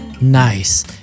nice